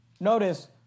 notice